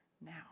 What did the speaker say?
now